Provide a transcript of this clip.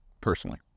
personally